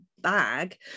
bag